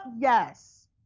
yes